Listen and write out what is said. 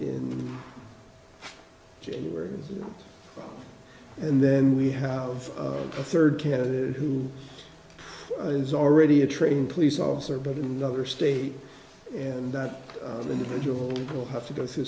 in january and then we have of a third candidate who is already a trained police officer but in the other state and that individual will have to go through